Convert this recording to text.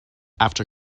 after